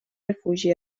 refugi